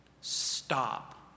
stop